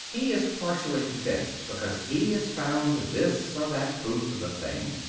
he is partially convinced because he has found this or that proof of the thing,